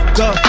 go